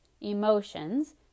emotions